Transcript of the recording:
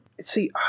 See